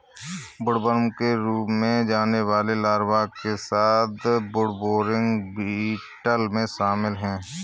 woodworm के रूप में जाने वाले लार्वा के साथ वुडबोरिंग बीटल में शामिल हैं